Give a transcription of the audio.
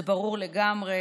זה ברור לגמרי.